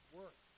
work